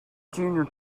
junior